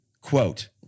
Quote